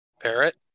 Parrot